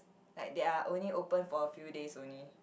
like they are only open for a few days only